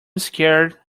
scared